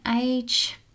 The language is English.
age